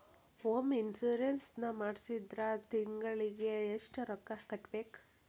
Home insurance ನ ಮಾಡ್ಸಿದ್ರ ತಿಂಗ್ಳಿಗೆ ಎಷ್ಟ್ ರೊಕ್ಕಾ ಕಟ್ಬೇಕ್?